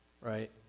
Right